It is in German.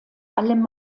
allem